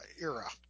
era